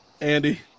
Andy